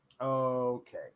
Okay